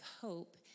hope